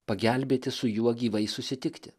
pagelbėti su juo gyvai susitikti